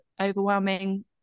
overwhelming